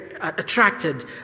attracted